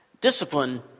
Discipline